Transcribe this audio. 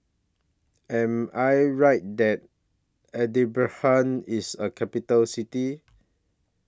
Am I Right that Edinburgh IS A Capital City